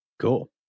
Cool